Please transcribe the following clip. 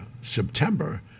September